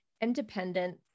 independent